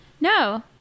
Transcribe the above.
No